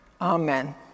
Amen